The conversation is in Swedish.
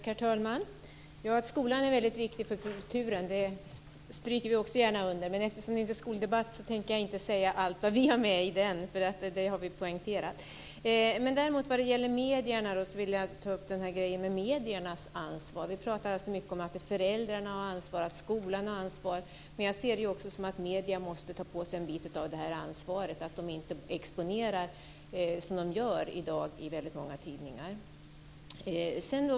Herr talman! Att skolan är mycket viktig för kulturen stryker vi också gärna under. Men eftersom detta inte är en skoldebatt tänker jag inte ta upp allt vi har poängterat på det området. Däremot vill jag när det gäller medierna ta upp deras ansvar. Vi pratar mycket om att föräldrarna har ansvar och att skolan har ansvar, men jag anser också att medierna måste ta på sig en del av det här ansvaret och inte exponera på det sätt de gör i dag i väldigt många tidningar.